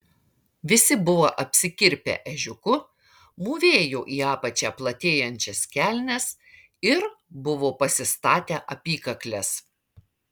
visi buvo apsikirpę ežiuku mūvėjo į apačią platėjančias kelnes ir buvo pasistatę apykakles